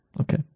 Okay